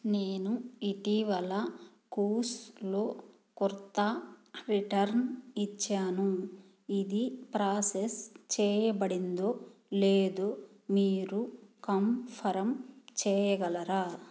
నేను ఇటీవల కూవ్స్లో కుర్తా రిటర్న్ ఇచ్చాను ఇది ప్రాసెస్ చేయబడిందో లేదో మీరు కన్ఫర్మ్ చేయగలరా